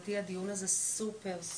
לדעתי הדיון הזה סופר-חשוב.